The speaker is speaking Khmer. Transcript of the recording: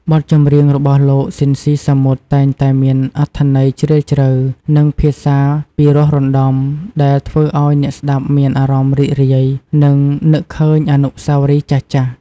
បទចម្រៀងរបស់លោក ស៊ីន ស៊ីសាមុត តែងតែមានអត្ថន័យជ្រាលជ្រៅ និងភាសាពិរោះរណ្ដំ ដែលធ្វើឱ្យអ្នកស្ដាប់មានអារម្មណ៍រីករាយ និងនឹកឃើញអនុស្សាវរីយ៍ចាស់ៗ។